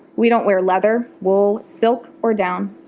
we don't wear leather, wool, silk, or down.